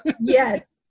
Yes